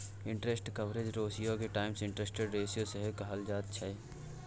interest coverage रेशियोके times interest ratio सेहो कहल जाइत छै